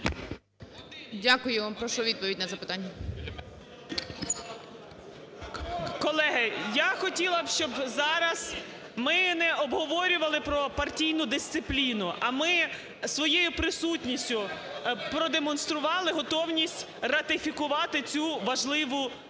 Дякую. Прошу відповідь на запитання. 11:06:54 ГОПКО Г.М. Колеги, я хотіла, щоб зараз ми не обговорювали про партійну дисципліну, а ми своєю присутністю продемонстрували готовність ратифікувати цю важливу конвенцію